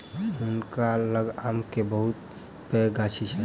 हुनका लग आम के बहुत पैघ गाछी छैन